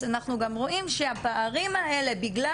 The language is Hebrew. אז אנחנו גם רואים שהפערים האלה בגלל